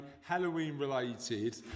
Halloween-related